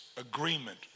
agreement